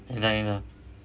iya lah iya lah